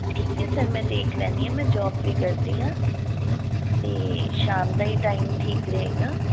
ਠੀਕ ਹੈ ਸਰ ਮੈਂ ਦੇਖ ਲੈਂਦੀ ਹਾਂ ਮੈਂ ਜੋਬ ਵੀ ਕਰਦੀ ਹਾਂ ਤੇ ਸ਼ਾਮ ਦਾ ਹੀ ਟਾਈਮ ਠੀਕ ਰਹੇਗਾ